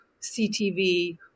CTV